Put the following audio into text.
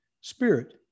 spirit